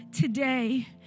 today